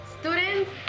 Students